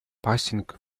passing